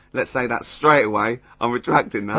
let's say that straight away, i'm retractin' that.